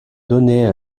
donner